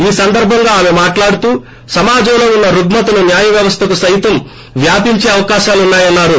ఈ సందర్బంగా ఆమె మాట్లాడుతూ సమాజంలో ఉన్న రుగ్మతలు న్యాయవ్యవస్దకు సైతం వ్యాపించే అవకాశాలున్నా యన్నారు